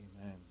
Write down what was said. Amen